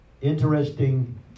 Interesting